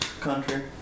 country